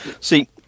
See